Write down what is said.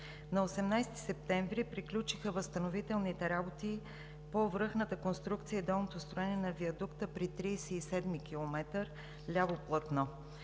На 18 септември приключиха възстановителните работи по връхната конструкция и долното строене на виадукта при 37-и км – ляво платно.